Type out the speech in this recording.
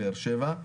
באר שבע,